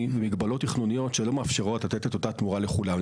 ומגבלות תכנוניות שלא מאפשרות לתת את אותה התמורה לכולם.